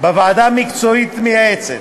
ובוועדה מקצועית מייעצת,